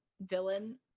villain